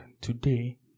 today